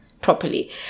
properly